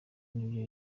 n’ibyo